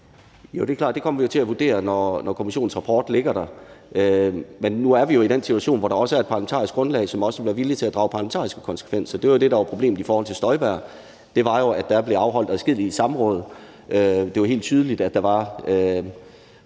Jo, det er klart – det kommer vi jo til at vurdere, når kommissionens rapport ligger der. Men nu er vi jo i den situation, hvor der er et parlamentarisk grundlag, som også vil være villige til at drage parlamentariske konsekvenser. Det var jo det, der var problemet i forhold til Inger Støjberg. Der var blevet afholdt adskillige samråd, og det var helt tydeligt, at der var